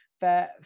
fair